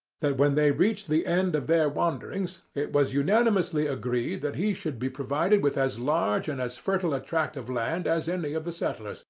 that when they reached the end of their wanderings, it was unanimously agreed that he should be provided with as large and as fertile a tract of land as any of the settlers,